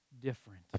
different